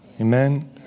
amen